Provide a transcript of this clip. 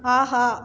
ஆஹா